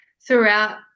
throughout